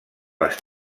les